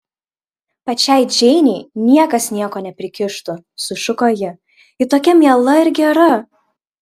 pačiai džeinei niekas nieko neprikištų sušuko ji ji tokia miela ir gera